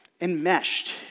enmeshed